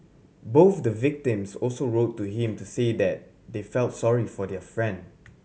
both the victims also wrote to him to say that they felt sorry for their friend